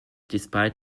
despite